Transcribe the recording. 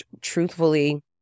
truthfully